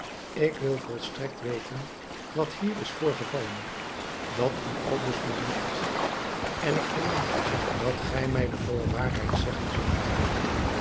ik wil volstrekt weten wat hier is voorgevallen dat u aldus bedroeft en ik verlang dat gij mij de volle waarheid zeggen zult